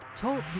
Talk